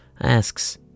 asks